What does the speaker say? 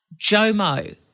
Jomo